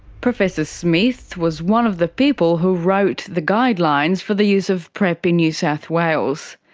professor smith was one of the people who wrote the guidelines for the use of prep in new south wales.